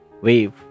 wave